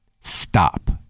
stop